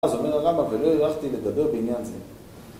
אז הוא אומר לך למה ולא הלכתי לדבר בעניין זה